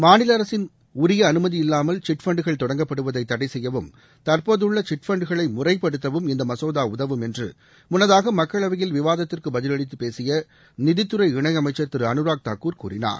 மாநில அரசின் உரிய அனுமதியில்லாமல் சிட் பண்ட்கள் தொடங்கப்படுவதை தடை செய்யவும் தற்போதுள்ள சிட் பண்ட்களை முறைப்படுத்தவும் இந்த மசோதா உதவும் என்று முன்னதாக மக்களவையில் விவாதத்திற்கு பதிலளித்து பேசிய நிதித்துறை இணையமைச்சர் திரு அனுராக் தாக்கூர் கூறினார்